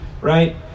right